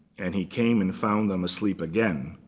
and he came and found them asleep again,